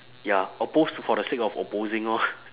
ya oppose for the sake of opposing orh